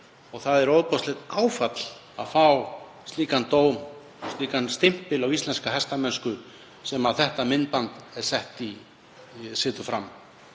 Það er ofboðslegt áfall að fá slíkan dóm, slíkan stimpil á íslenska hestamennsku sem þetta myndband setur fram.